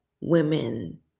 women